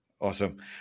awesome